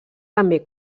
també